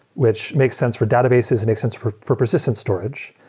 which makes sense for databases and makes sense for for persistent storage,